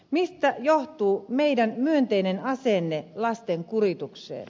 mistä johtuu meidän myönteinen asenteemme lasten kuritukseen